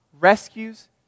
rescues